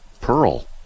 Pearl